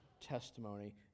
testimony